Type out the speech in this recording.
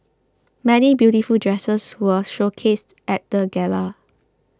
many beautiful dresses were showcased at the gala